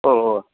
ओहो